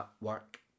work